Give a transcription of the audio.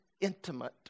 intimate